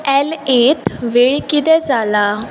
ऍलऍत वेळ कितें जाला